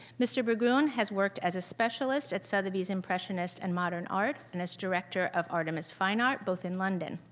mr. berggruen has worked as a specialist at sotheby's impressionist and modern art and as director of artemis fine art, both in london.